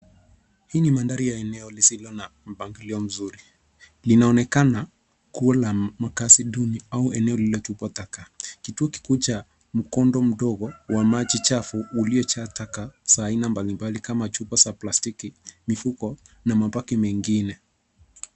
Hii ni mandhari ya eneo lisilo na mpangilio mzuri. Linaonekana kuwa la makaazi duni au eneo lililotupwa taka. Kituo kikuu cha mkondo mdogo wa maji chafu uliojaa taka za aina mbalimbali kama chupa za plastiki, mifuko na mabaki mengine.